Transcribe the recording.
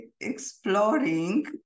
exploring